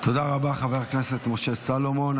תודה רבה, חבר הכנסת משה סולומון.